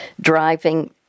driving